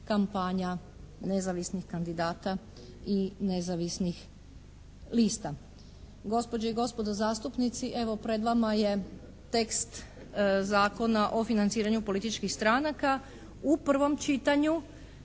kampanja nezavisnih kandidata i nezavisnih lista. Gospođe i gospodo zastupnici evo pred vama je tekst Zakona o financiranju političkih stranaka u prvom čitanju.